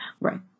right